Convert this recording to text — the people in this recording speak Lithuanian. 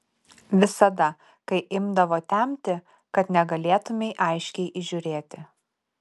visada kai imdavo temti kad negalėtumei aiškiai įžiūrėti